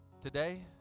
Today